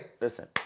Listen